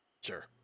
Sure